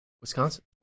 Wisconsin